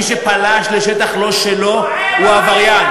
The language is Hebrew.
מי שפלש לשטח לא שלו הוא עבריין.